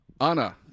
Anna